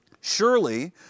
surely